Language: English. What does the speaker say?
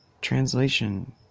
translation